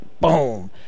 boom